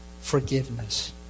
forgiveness